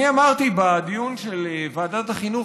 בדיון של ועדת החינוך,